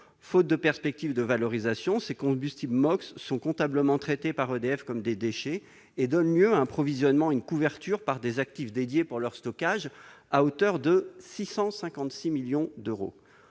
réelles perspectives de valorisation, ces combustibles MOX sont comptablement traités par EDF comme des déchets et donnent lieu à un provisionnement et à une couverture par des actifs dédiés pour leur stockage, à hauteur de 656 millions d'euros.